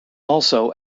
also